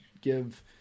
give